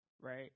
Right